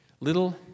little